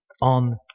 on